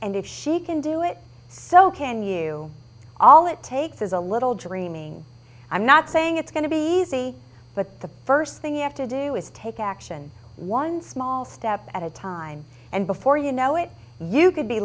and if she can do it so can you all it takes is a little dreaming i'm not saying it's going to be easy but the first thing you have to do is take action one small step at a time and before you know it you could be